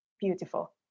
beautiful